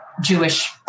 Jewish